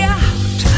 out